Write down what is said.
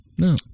No